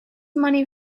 money